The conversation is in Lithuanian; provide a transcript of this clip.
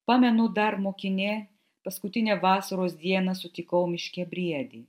pamenu dar mokinė paskutinę vasaros dieną sutikau miške briedį